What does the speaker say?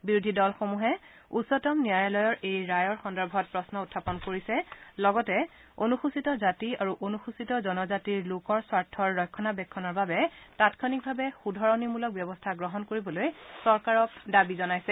বিৰোধী দলসমূহে উচ্চতম ন্যায়ালয়ৰ এই ৰায়ৰ সন্দৰ্ভত প্ৰশ্ন উখাপন কৰিছে লগতে অনুসচিত জাতি আৰু অনুসচিত জনজাতিৰ লোকৰ স্বাৰ্থৰ ৰক্ষণাবেক্ষণৰ বাবে তাৎক্ষণিকভাৱে শুধৰণিমূলক ব্যৱস্থা গ্ৰহণ কৰিবলৈ চৰকাৰক দাবী জনাইছে